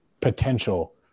potential